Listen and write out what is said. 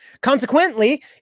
consequently